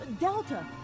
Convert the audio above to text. delta